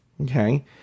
Okay